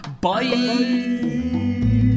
bye